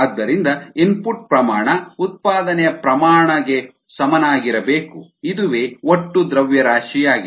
ಆದ್ದರಿಂದ ಇನ್ಪುಟ್ ಪ್ರಮಾಣ ಉತ್ಪಾದನೆಯ ಪ್ರಮಾಣ ಗೆ ಸಮನಾಗಿರಬೇಕು ಇದುವೇ ಒಟ್ಟು ದ್ರವ್ಯರಾಶಿಯಾಗಿದೆ